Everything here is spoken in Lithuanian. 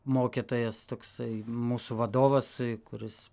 mokytojas toksai mūsų vadovas kuris